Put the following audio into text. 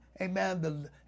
amen